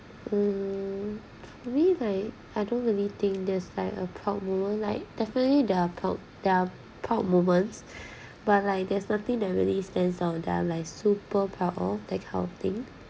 hmm I mean like I don't really think there's like a proud moment like definitely there are pro~ there are proud moments but like there's nothing that really stands out that like super proud of that kind of thing